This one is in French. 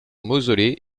mausolée